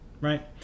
right